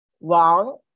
wrong